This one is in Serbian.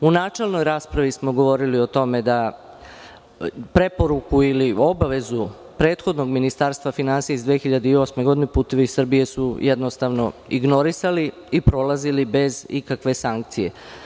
U načelnoj raspravi smo govorili o tome da preporuku ili obavezu prethodnog Ministarstva finansija iz 2008. godine "Putevi Srbije" su jednostavno ignorisali i prolazili bez ikakve sankcije.